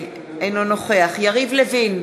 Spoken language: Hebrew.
בעד יריב לוין,